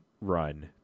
run